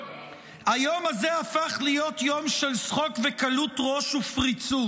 היום הזה הפך להיות יום של שחוק וקלות ראש ופריצות,